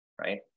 right